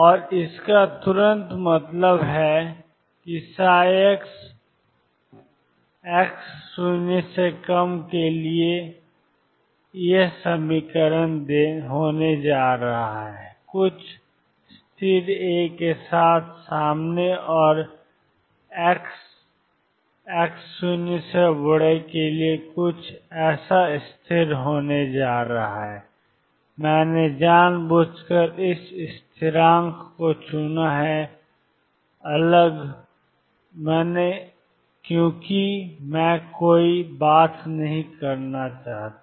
और इसका तुरंत मतलब है कि ψ x0 के लिए e2mE2x होने जा रहा है कुछ स्थिर A के साथ सामने और x0 कुछ स्थिर Be 2mE2x होने जा रहा है मैंने जानबूझकर इन स्थिरांक को चुना है अलग हो क्योंकि मैं कोई बात नहीं करना चाहता